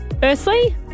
Firstly